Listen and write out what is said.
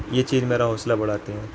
یہ چیز میرا حوصلہ بڑھاتی ہے